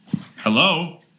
hello